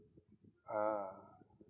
ah